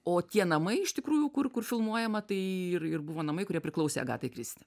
o tie namai iš tikrųjų kur kur filmuojama tai ir ir buvo namai kurie priklausė agatai kristi